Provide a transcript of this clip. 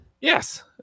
yes